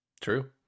True